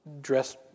dress